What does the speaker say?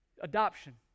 adoption